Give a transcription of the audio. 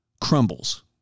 crumbles